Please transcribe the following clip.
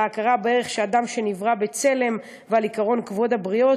על ההכרה בערך האדם שנברא בצלם ועל עקרון כבוד הבריות.